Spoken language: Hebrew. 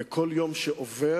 וכל יום שעובר,